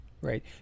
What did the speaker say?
right